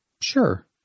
Sure